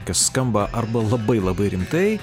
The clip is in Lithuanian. kas skamba arba labai labai rimtai